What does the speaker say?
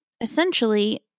Essentially